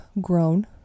grown